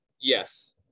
Yes